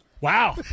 Wow